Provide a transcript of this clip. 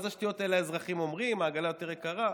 מה זה השטויות האלה שהאזרחים אומרים שהעגלה יותר יקרה,